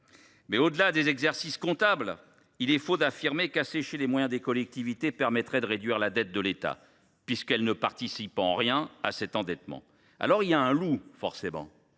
au delà des exercices comptables, il est faux d’affirmer qu’assécher les moyens des collectivités permettrait de réduire la dette de l’État, car celles ci ne participent en rien à cet endettement. Il y a un loup, forcément.